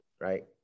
right